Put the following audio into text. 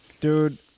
dude